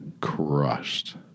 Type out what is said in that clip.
Crushed